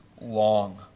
long